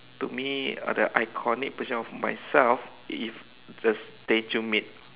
to me uh the iconic position of myself if the statue made